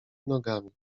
nogami